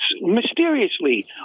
mysteriously